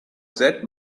that